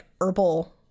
herbal